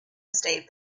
estate